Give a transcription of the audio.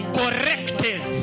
corrected